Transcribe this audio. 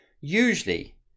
usually